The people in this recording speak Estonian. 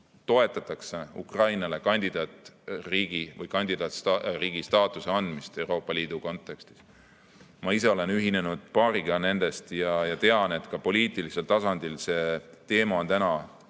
toetatakse Ukrainale kandidaatriigi staatuse andmist Euroopa Liidu kontekstis. Ma ise olen ühinenud paariga nendest ja tean, et ka poliitilisel tasandil on see teema